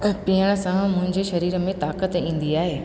पीअण सां मुंहिंजे शरीर में ताक़त ईंदी आहे